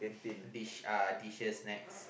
dish uh dishes next